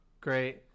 Great